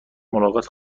ملاقات